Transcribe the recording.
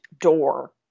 door